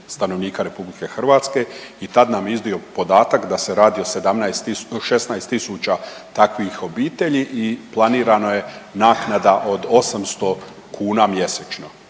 stanovnika RH i tad nam iznio podatak da se radi o 17, 16 tisuća takvih obitelji i planirano je naknada od 800 kuna mjesečno.